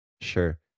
Sure